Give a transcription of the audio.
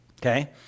Okay